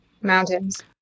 Mountains